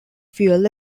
fuel